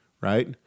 right